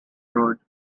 road